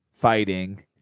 fighting